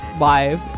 live